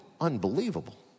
unbelievable